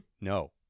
no